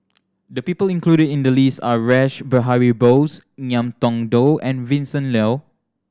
the people included in the list are Rash Behari Bose Ngiam Tong Dow and Vincent Leow